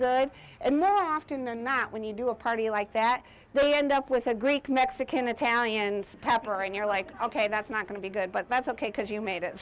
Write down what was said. good and more often than not when you do a party like that they end up with a greek mexican italian and pepper and you're like ok that's not going to be good but that's ok because you made it